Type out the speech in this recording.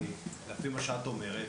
לפי מה שאת אומרת,